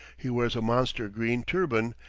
he wears a monster green turban,